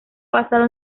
basado